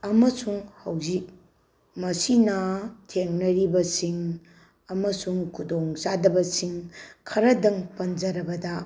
ꯑꯃꯁꯨꯡ ꯍꯧꯖꯤꯛ ꯃꯁꯤꯅ ꯊꯦꯡꯅꯔꯤꯕꯁꯤꯡ ꯑꯃꯁꯨꯡ ꯈꯨꯗꯣꯡ ꯆꯥꯗꯕꯁꯤꯡ ꯈꯔꯗꯪ ꯄꯟꯖꯔꯕꯗ